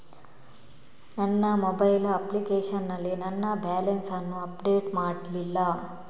ನನ್ನ mobile application ನಲ್ಲಿ ನನ್ನ ಬ್ಯಾಲೆನ್ಸ್ ಅನ್ನು ಅಪ್ಡೇಟ್ ಮಾಡ್ಲಿಲ್ಲ